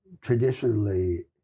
traditionally